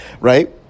right